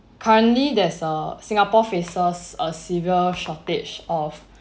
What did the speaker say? currently there's a singapore faces a severe shortage of